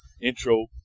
intro